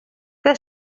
que